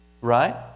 right